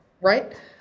Right